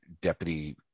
Deputy